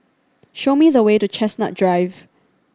show me the way to Chestnut Drive